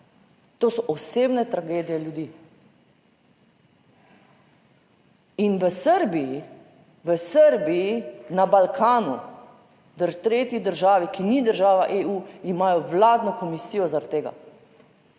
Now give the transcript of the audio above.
To so osebne tragedije ljudi in v Srbiji, v Srbiji, na Balkanu, v tretji državi, ki ni država EU, imajo vladno komisijo zaradi tega,